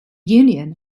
union